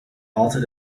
altijd